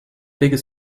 bigger